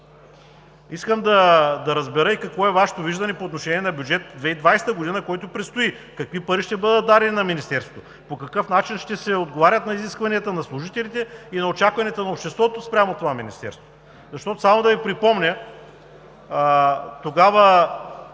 Искам да разбера и какво е Вашето виждане по отношение на Бюджет 2020, който предстои. Какви пари ще бъдат дадени на Министерството? По какъв начин ще се отговаря на изискванията на служителите и на очакванията на обществото спрямо това Министерство? Защото, само да Ви припомня: тогава,